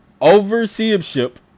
Overseership